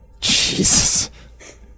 Jesus